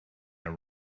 are